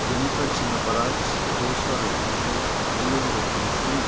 Jennifer Chinnapparaj Joshua Rathinasingh Dion Rathinasingh